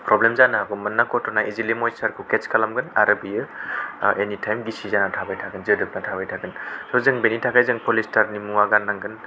problem जानो हागौमोन कटना इजिलि मयस्चारखौ केत्स खालामगोन आरो बेयो एनिटाइम गिसि जाना थाबाय थागोन जोदोबना थाबाय थागोन स' जों बेनि थाखाय जों पलिस्टारनि मुवा गाननांगोन